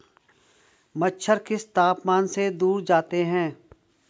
मच्छर किस तापमान से दूर जाते हैं?